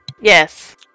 Yes